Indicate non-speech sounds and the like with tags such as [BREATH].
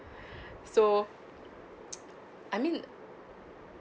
[BREATH] so I mean